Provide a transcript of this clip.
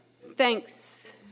Thanks